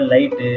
Light